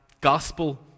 gospel